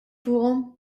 fuqhom